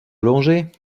allongée